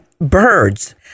birds